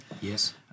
yes